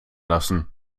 lassen